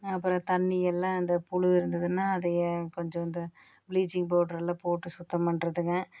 அப்புறம் தண்ணி எல்லாம் இந்த புழு இருந்ததுன்னா அது கொஞ்சம் இந்த பிளீச்சிங் பவுட்ருலாம் போட்டு சுத்தம் பண்ணுறதுங்க